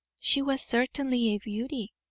she was certainly a beauty,